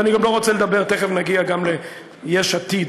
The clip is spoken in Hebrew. ואני גם לא רוצה לדבר, תכף נגיע גם ליש עתיד.